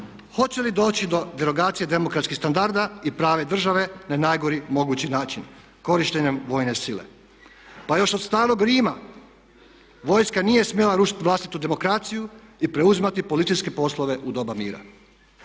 Hoće li doći do derogacije demokratskih standarda i prave države na najgori mogući način korištenjem vojne sile? Pa još od starog Rima vojska nije smjela rušiti vlastitu demokraciju i preuzimati policijske poslove u doba mira.